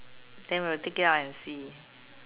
then you will take it out and see